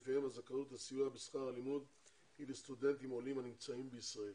לפיהם הזכאות לסיוע בשכר הלימוד היא לסטודנטים עולים הנמצאים בישראל.